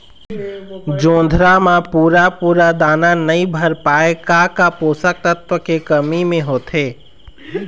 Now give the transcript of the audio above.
जोंधरा म पूरा पूरा दाना नई भर पाए का का पोषक तत्व के कमी मे होथे?